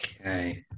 Okay